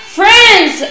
friends